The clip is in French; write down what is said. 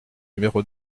numéro